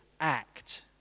Act